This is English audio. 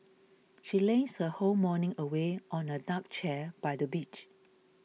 she lazed her whole morning away on a deck chair by the beach